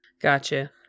Gotcha